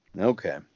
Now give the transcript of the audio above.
okay